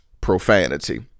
profanity